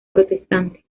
protestante